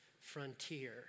frontier